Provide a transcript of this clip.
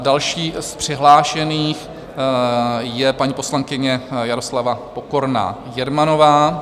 Další z přihlášených je paní poslankyně Jaroslava Pokorná Jermanová.